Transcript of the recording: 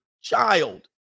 child